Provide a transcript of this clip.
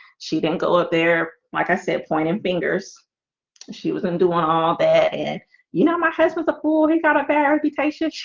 she didn't go up there. like i said pointing fingers she wasn't doing all that and you know, my face was a fool he's got a bad reputation,